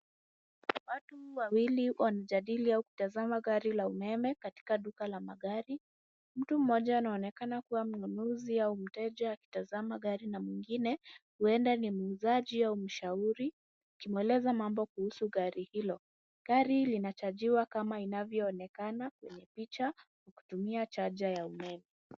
Watu wawili wanajadili au kutazama gari la umeme katika duka la magari. Mtu mmoja anaonekana kuwa mnunuzi au mteja akitazama gari na mwingine huenda ni muuzaji au mshauri, akimueleza mambo kuhusu gari hilo. Gari linachajiwa kama inavyoonekana kwenye picha kwa kutumia chaja ya umeme.